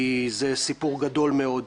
כי זה סיפור גדול מאוד.